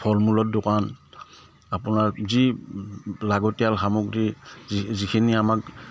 ফল মূলৰ দোকান আপোনাৰ যি লাগতিয়াল সামগ্ৰী যিখিনি আমাক